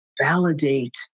validate